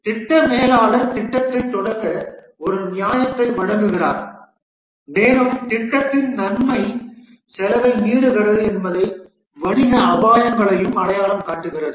இங்கே திட்ட மேலாளர் திட்டத்தைத் தொடங்க ஒரு நியாயத்தை வழங்குகிறார் மேலும் திட்டத்தின் நன்மை செலவை மீறுகிறது என்பதையும் வணிக அபாயங்களையும் அடையாளம் காட்டுகிறது